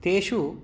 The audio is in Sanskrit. तेषु